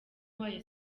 wayo